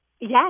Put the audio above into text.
Yes